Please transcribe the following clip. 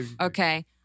Okay